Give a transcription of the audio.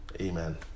Amen